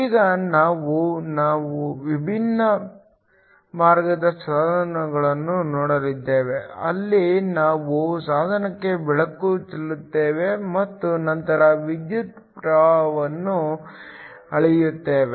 ಈಗ ನಾವು ವಿಭಿನ್ನ ವರ್ಗದ ಸಾಧನಗಳನ್ನು ನೋಡಲಿದ್ದೇವೆ ಅಲ್ಲಿ ನಾವು ಸಾಧನಕ್ಕೆ ಬೆಳಕು ಚೆಲ್ಲುತ್ತೇವೆ ಮತ್ತು ನಂತರ ವಿದ್ಯುತ್ ಪ್ರವಾಹವನ್ನು ಅಳೆಯುತ್ತೇವೆ